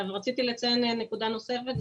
רציתי לציין נקודה נוספת,